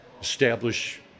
establish